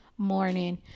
morning